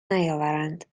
نیاوردند